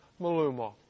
Maluma